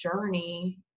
journey